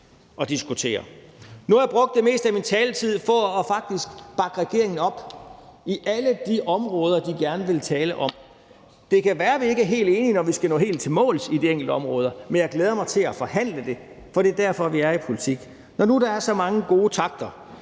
at diskutere. Nu har jeg brugt det meste af min taletid på faktisk at bakke regeringen op på alle de områder, de gerne vil tale om. Det kan være, vi ikke er helt enige, når vi skal nå helt i mål med de enkelte områder, men jeg glæder mig til at forhandle det, for det er derfor, vi er i politik. Når nu der er så mange gode takter,